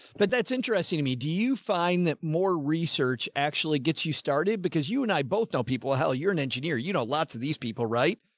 but that's interesting to me. do you find that more research actually gets you started because you and i both tell people, hell, you're an engineer. you know, lots of these people. right?